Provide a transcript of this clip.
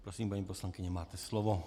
Prosím, paní poslankyně, máte slovo.